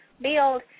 build